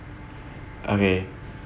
okay